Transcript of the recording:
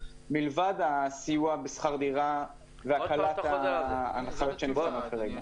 מלבד הסיוע בשכר הדירה והקלת ההנחיות שנבחנות כרגע.